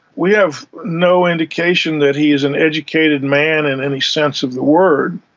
we have no indication that he is an educated man in any sense of the word.